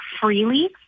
freely